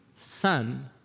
son